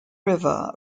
river